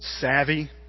savvy